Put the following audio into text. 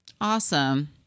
Awesome